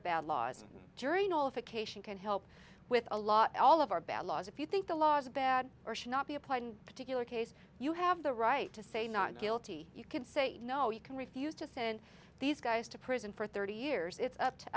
a jury nullification can help with a lot all of our bad laws if you think the laws are bad or should not be applied in particular case you have the right to say not guilty you could say you know you can refuse to send these guys to prison for thirty years it's up to